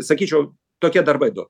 sakyčiau tokie darbai du